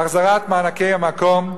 החזרת מענקי המקום,